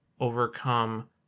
overcome